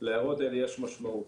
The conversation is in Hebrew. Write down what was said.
להערות האלה יש משמעות.